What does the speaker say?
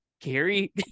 Gary